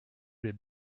les